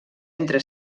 entre